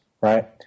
right